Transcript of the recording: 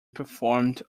performed